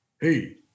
hey